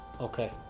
Okay